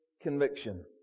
conviction